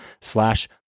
slash